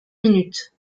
minutes